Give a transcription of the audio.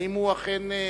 האם הוא אכן המשיב?